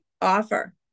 offer